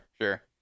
sure